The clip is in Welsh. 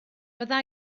bydda